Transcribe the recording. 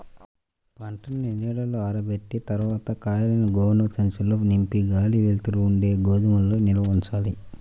పంటని నీడలో ఆరబెట్టిన తర్వాత కాయలను గోనె సంచుల్లో నింపి గాలి, వెలుతురు ఉండే గోదాముల్లో నిల్వ ఉంచాలి